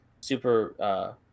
super